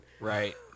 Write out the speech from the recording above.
Right